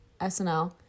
SNL